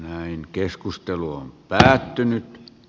näin keskustelu on päättynyt